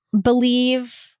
believe